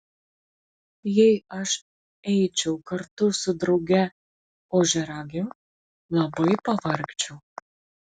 jei aš eičiau kartu su drauge ožiaragiu labai pavargčiau